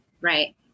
right